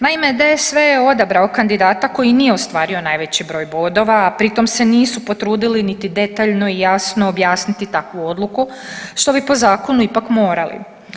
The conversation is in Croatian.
Naime, DSV je odabrao kandidata koji nije ostvario najveći broj bodova, a pritom se nisu potrudili niti detaljno i jasno objasniti takvu odluku što bi po zakonu ipak morali.